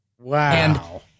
Wow